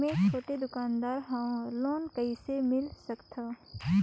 मे छोटे दुकानदार हवं लोन कइसे ले सकथव?